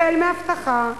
החל מאבטחה,